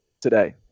today